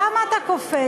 למה אתה קופץ?